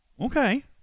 Okay